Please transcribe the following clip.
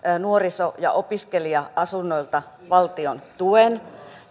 nuoriso ja opiskelija asunnoilta valtion tuen